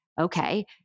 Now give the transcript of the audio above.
Okay